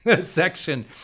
section